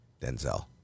Denzel